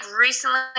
recently